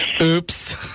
Oops